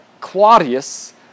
Claudius